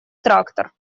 трактор